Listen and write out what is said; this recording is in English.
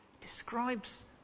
describes